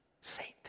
Saint